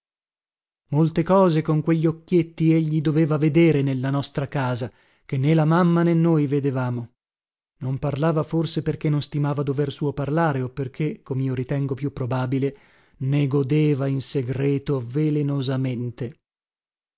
molte cose con quegli occhietti egli doveva vedere nella nostra casa che né la mamma né noi vedevamo non parlava forse perché non stimava dover suo parlare o perché comio ritengo più probabile ne godeva in segreto